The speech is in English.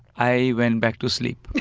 i went back to sleep it